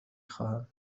خواهم